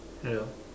hello